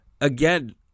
again